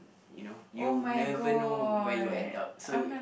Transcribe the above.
you know you never know where you end up so